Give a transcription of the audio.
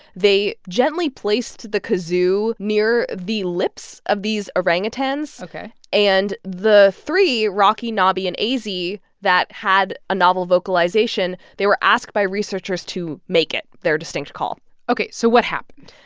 they gently placed the kazoo near the lips of these orangutans ok and the three rocky, knobi and azy that had a novel vocalization they were asked by researchers to make it their distinct call ok. so what happened?